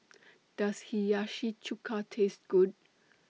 Does Hiyashi Chuka Taste Good